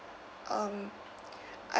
um